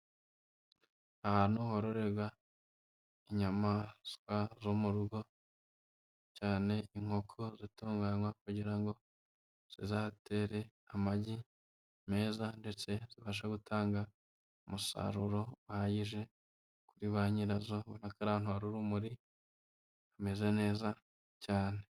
Ahantu hororerwa inyamaswa zo mu rugo, cyane inkoko zitunganywa kugira ngo zizatere amagi meza ndetse zibashe gutanga umusaruro uhagije kuri ba nyirazo, akaba ari ahantu hari urumuri hameze neza cyane.